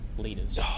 leaders